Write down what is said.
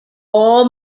all